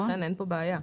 לכן אין כאן בעיה.